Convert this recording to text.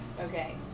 Okay